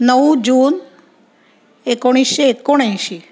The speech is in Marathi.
नऊ जून एकोणीशे एकोणऐंशी